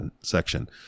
section